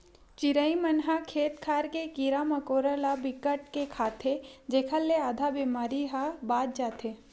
चिरई मन ह खेत खार के कीरा मकोरा ल बिकट के खाथे जेखर ले आधा बेमारी ह बाच जाथे